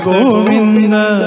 Govinda